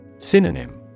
Synonym